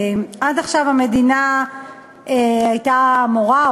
עד עכשיו המדינה הייתה אמורה,